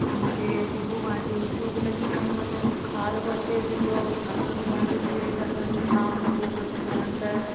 हुनखे सुबुह खां वठी उल्टियूं बि लॻियूं पेयूं आहिनि बुख़ार बि अचेसि पियो नकु बि बंदि थी वेई अथसि जुकाम लॻो पियो अथसि ॼण त